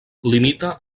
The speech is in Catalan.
limita